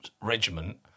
regiment